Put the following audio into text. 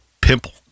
pimple